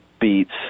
beats